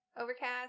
Overcast